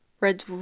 Red